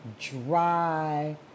dry